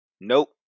Nope